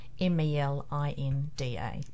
M-E-L-I-N-D-A